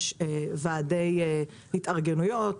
יש ועדי התארגנויות,